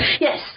Yes